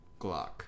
Glock